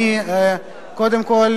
קודם כול,